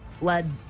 Led